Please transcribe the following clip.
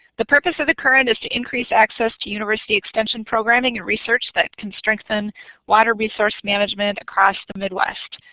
the purpose of the current is to increase access to university-extension programming and research that can strengthen water resource management across the midwest.